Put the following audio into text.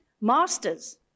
Masters